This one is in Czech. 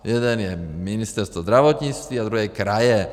Jeden je Ministerstvo zdravotnictví a druhý je kraje.